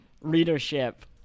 readership